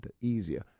easier